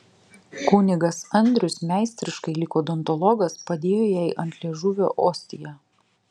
kunigas andrius meistriškai lyg odontologas padėjo jai ant liežuvio ostiją